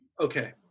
Okay